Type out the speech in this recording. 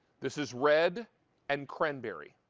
this is red and cranberry.